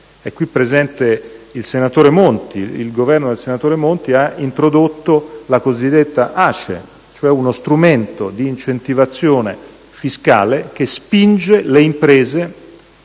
È qui presente il senatore Monti: il Governo del senatore Monti ha introdotto il cosiddetto ACE, cioè uno strumento di incentivazione fiscale che spinge le imprese